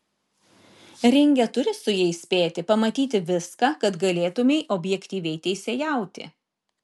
ringe turi su jais spėti pamatyti viską kad galėtumei objektyviai teisėjauti